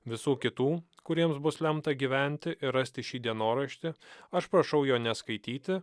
visų kitų kuriems bus lemta gyventi ir rasti šį dienoraštį aš prašau jo neskaityti